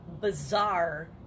bizarre